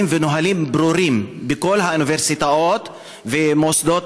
ונהלים ברורים בכל האוניברסיטאות ובמוסדות